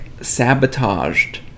sabotaged